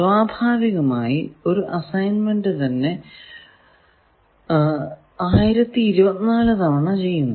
സ്വാഭാവികമായി ഒരു അസ്സൈന്മെന്റ് തന്നെ 1024 തവണ ചെയ്യുന്നുണ്ട്